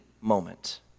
moment